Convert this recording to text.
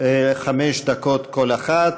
חמש דקות כל אחת,